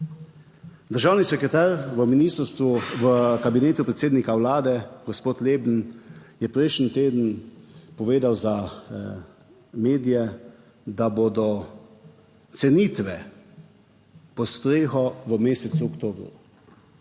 v ministrstvu, v Kabinetu predsednika Vlade, gospod Leben je prejšnji teden povedal za medije, da bodo cenitve pod streho v mesecu oktobru.